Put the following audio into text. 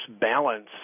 balance